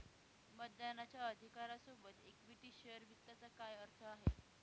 मतदानाच्या अधिकारा सोबत इक्विटी शेअर वित्ताचा काय अर्थ आहे?